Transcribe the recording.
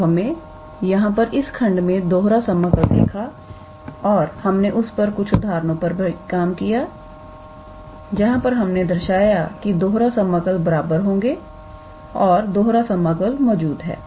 तो हमें यहां पर इस खंड में दोहरा समाकल देखा और हमने उस पर कुछ उदाहरणों पर भी काम किया जहां पर हमने दर्शाया कि दोहरा समाकल बराबर होंगे अगर दोहरा समाकल मौजूद है